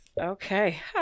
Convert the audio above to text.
Okay